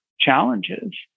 challenges